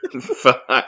Fuck